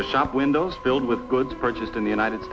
the shop windows filled with good purchased in the united